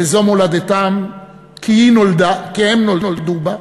וזו מולדתם כי הם נולדו בה,